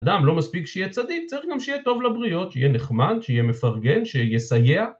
אדם לא מספיק שיהיה צדיק, צריך גם שיהיה טוב לבריות, שיהיה נחמד, שיהיה מפרגן, שיסייע.